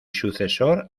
sucesor